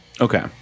Okay